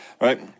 Right